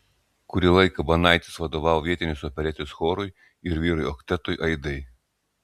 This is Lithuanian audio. kurį laiką banaitis vadovavo vietinės operetės chorui ir vyrų oktetui aidai